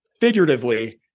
figuratively